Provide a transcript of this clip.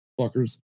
fuckers